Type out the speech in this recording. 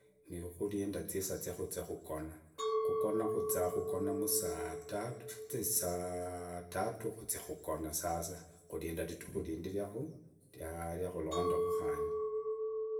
Nikhulinda isaa ya kugonaa kuzaa kugonaa musaa tatu zya saa tatu kuzya kugonaa sasa kurinda ridiku rindi rya khurya kulonda ku khandi.